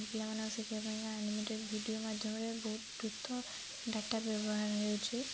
ପିଲାମାନଙ୍କ ଶିଖିବା ପାଇଁକା ଆନିମେଟେଡ୍ ଭିଡିଓ ମାଧ୍ୟମରେ ବହୁତ ଦ୍ରୁତ ଡାଟା ବ୍ୟବହାର ହେଉଛି